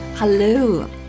Hello